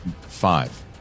five